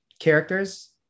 characters